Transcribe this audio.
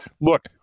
look